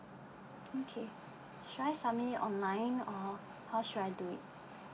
okay should I submit it online or how should I do it